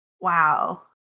Wow